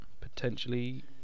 potentially